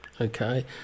Okay